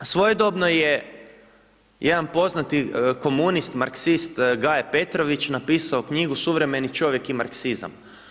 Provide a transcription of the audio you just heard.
Svojedobno je jedan poznati komunist marksist Gaje Petrović napisao knjigu suvremeni čovjek i marksizam.